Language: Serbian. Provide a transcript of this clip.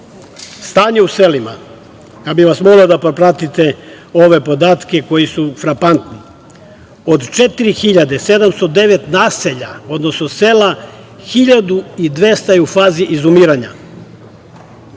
u selima. Ja bih vas molio da propratite ove podatke koji su frapantni. Od 4.709 naselja, odnosno sela, 1.200 je u fazi izumiranja.